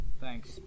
Thanks